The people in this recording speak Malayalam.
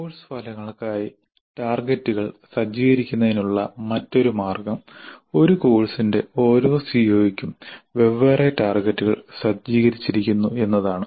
കോഴ്സ് ഫലങ്ങൾക്കായി ടാർഗെറ്റുകൾ സജ്ജീകരിക്കുന്നതിനുള്ള മറ്റൊരു മാർഗ്ഗം ഒരു കോഴ്സിന്റെ ഓരോ സിഒയ്ക്കും വെവ്വേറെ ടാർഗെറ്റുകൾ സജ്ജീകരിച്ചിരിക്കുന്നു എന്നതാണ്